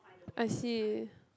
I see